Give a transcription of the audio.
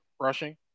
rushing